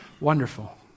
wonderful